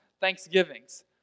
thanksgivings